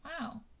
wow